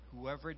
whoever